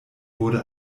wurde